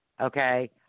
Okay